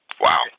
wow